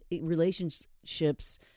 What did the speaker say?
relationships